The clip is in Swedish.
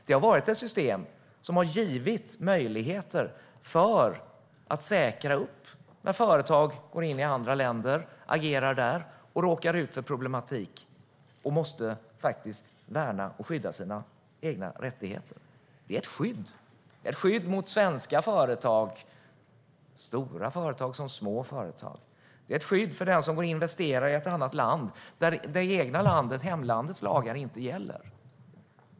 Det har varit ett system som givit möjligheter att säkra upp när företag går in i andra länder, agerar där, råkar ut för problematik och måste värna och skydda sina egna rättigheter. Det är ett skydd. Det är ett skydd för svenska företag, stora som små. Det är ett skydd för den som investerar i ett annat land där hemlandets lagar inte gäller.